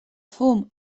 fum